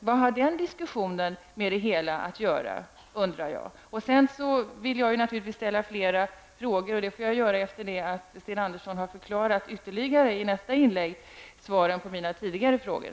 Vad har den diskussionen med det hela att göra? Jag vill naturligtvis ställa fler frågor, och det får jag göra efter det att Sten Andersson i nästa inlägg har svarat på mina tidigare frågor.